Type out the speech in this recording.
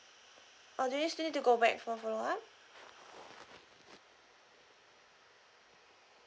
oh do you still need to go back for follow up